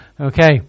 okay